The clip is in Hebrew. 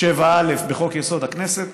7א בחוק-יסוד: הכנסת,